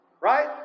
Right